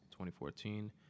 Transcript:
2014